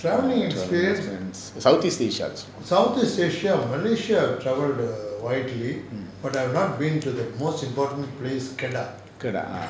travelling experience southeast asia mm kedah ah